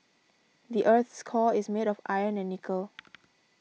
the earth's core is made of iron and nickel